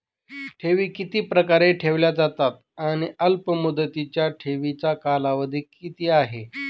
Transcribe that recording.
ठेवी किती प्रकारे ठेवल्या जातात आणि अल्पमुदतीच्या ठेवीचा कालावधी किती आहे?